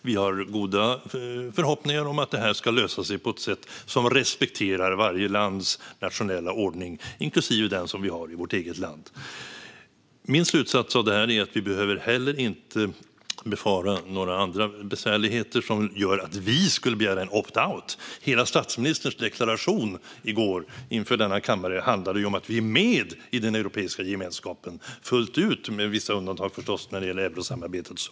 Vi har goda förhoppningar om att det ska lösa sig på ett sätt som respekterar varje lands nationella ordning inklusive den som vi har i vårt eget land. Min slutsats av det är att vi heller inte behöver befara några andra besvärligheter som gör att vi skulle begära en opt-out. Hela statsministerns deklaration i går inför denna kammare handlade om att vi är med i den europeiska gemenskapen fullt ut, med vissa undantag förstås när det gäller eurosamarbetet och så.